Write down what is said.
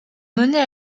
mener